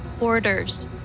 orders